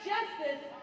justice